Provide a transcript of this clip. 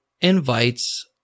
invites